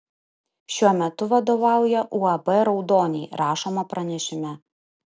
šiuo metu vadovauja uab raudoniai rašoma pranešime